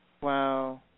Wow